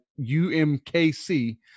umkc